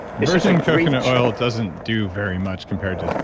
virgin coconut oil doesn't do very much compared to.